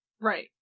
Right